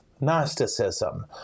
Gnosticism